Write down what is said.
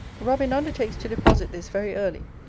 robin undertakes to deposit this very early,